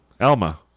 Alma